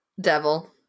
Devil